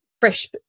fresh